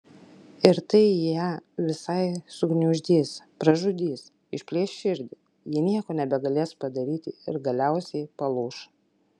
ir tai ją visai sugniuždys pražudys išplėš širdį ji nieko nebegalės padaryti ir galiausiai palūš